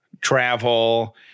travel